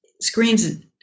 screens